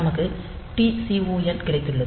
நமக்கு TCON கிடைத்துள்ளது